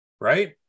right